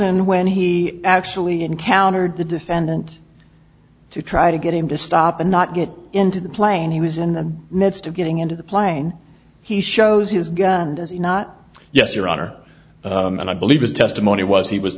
mattson when he actually encountered the defendant to try to get him to stop and not get into the plane he was in the midst of getting into the plane he shows his gun does he not yes your honor and i believe his testimony was he was